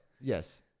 Yes